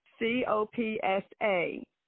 C-O-P-S-A